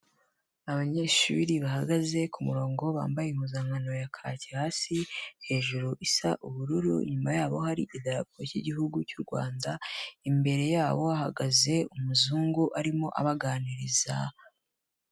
Abanyeshuri bahagaze kumurongo bambaye impuzankano ya kake hasi hejuru isa ubururu, inyuma y'aho hari idarapo ry'Igihugu cy'u Rwanda, imbere yabo hahagaze umuzungu arimo abaganiriza.